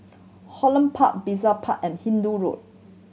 Holland Park Brizay Park and Hindoo Road